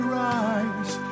rise